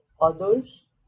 others